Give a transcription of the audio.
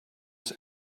this